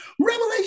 Revelation